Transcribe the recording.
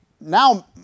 now